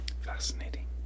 Fascinating